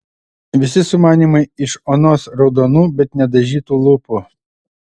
visi sumanymai iš onos raudonų bet nedažytų lūpų